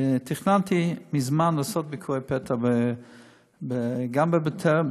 תכננתי מזמן לעשות ביקורי פתע גם בטר"ם,